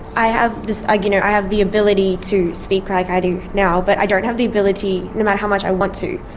i have this, you know, i have the ability to speak like i do now, but i don't have the ability, no matter how much i want to,